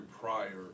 prior